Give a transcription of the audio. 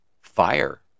Fire